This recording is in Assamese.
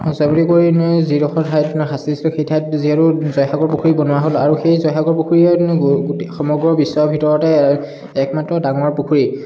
জয়মতী কোঁৱৰীক যিডখৰ ঠাইত শাস্তি দিছিল সেই ঠাইত যিহেতু জয়সাগৰ পুখুৰী বনোৱা হ'ল আৰু সেই জয়সাগৰ পুখুৰীয়ে গোটেই সমগ্ৰ বিশ্বৰ ভিতৰতে একমাত্ৰ ডাঙৰ পুখুৰী